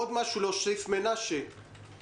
עוד משהו שאתה רוצה להוסיף, מנשה לוי?